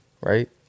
right